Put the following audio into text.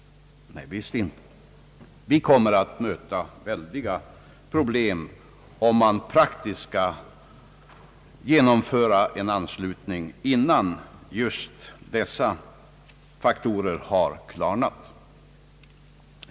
Visst inte, vi kommer att möta enorma problem vid ett eventuellt praktiskt genomförande av en anslutning, innan just dessa faktorer har klarnat.